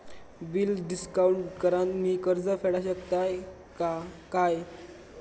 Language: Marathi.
बिल डिस्काउंट करान मी कर्ज फेडा शकताय काय?